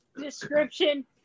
description